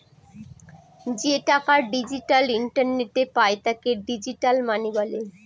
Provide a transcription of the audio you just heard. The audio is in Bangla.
যে টাকা ডিজিটাল ইন্টারনেটে পায় তাকে ডিজিটাল মানি বলে